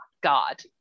god